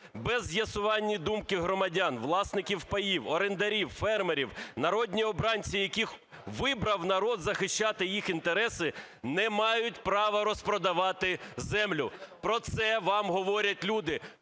Без з'ясування думки громадян, власників паїв, орендарів, фермерів, народні обранці, яких вибрав народ захищати їх інтереси, не мають права розпродавати землю". Про це вам говорять люди.